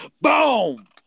Boom